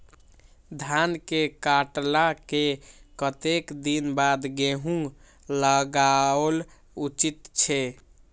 धान के काटला के कतेक दिन बाद गैहूं लागाओल उचित छे?